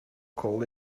call